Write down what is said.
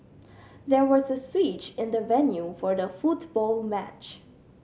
there was a switch in the venue for the football match